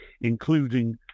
including